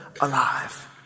alive